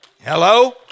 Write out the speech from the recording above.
Hello